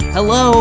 Hello